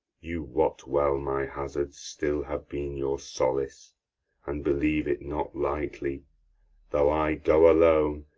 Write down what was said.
you wot well my hazards still have been your solace and believe't not lightly though i go alone,